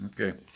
Okay